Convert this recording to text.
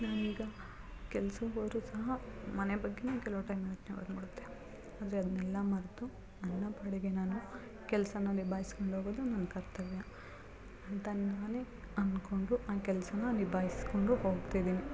ನಾನೀಗ ಕೆಲ್ಸಕ್ಕೆ ಹೋದರೂ ಸಹ ಮನೆ ಬಗ್ಗೆಯೇ ಕೆಲವು ಟೈಮ್ ಯೋಚನೆ ಬಂದುಬಿಡುತ್ತೆ ಆದರೆ ಅದನ್ನೆಲ್ಲ ಮರೆತು ನನ್ನ ಪಾಡಿಗೆ ನಾನು ಕೆಲಸನ ನಿಭಾಯಿಸ್ಕೊಂಡು ಹೋಗೋದು ನನ್ನ ಕರ್ತವ್ಯ ಅಂತ ನಾನೇ ಅಂದ್ಕೊಂಡು ನನ್ನ ಕೆಲಸನ ನಿಭಾಯಿಸಿಕೊಂಡು ಹೋಗ್ತಿದೀನಿ